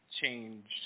change